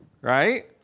right